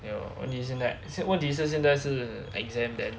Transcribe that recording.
!aiyo! as in like 问题是现在是 exam then